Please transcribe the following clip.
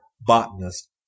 botanist